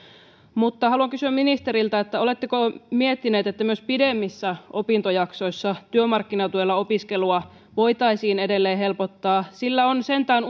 mutta haluan kysyä ministeriltä oletteko miettinyt että myös pidemmissä opintojaksoissa työmarkkinatuella opiskelua voitaisiin edelleen helpottaa sillä on sentään